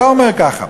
אתה אומר ככה: